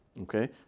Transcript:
okay